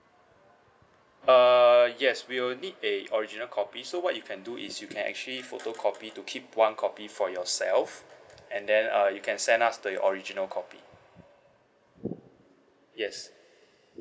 err yes we'll need a original copy so what you can do is you can actually photocopy to keep one copy for yourself and then uh you can send us the original copy yes